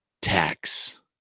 tax